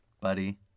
buddy